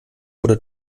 wurde